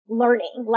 learning